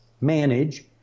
manage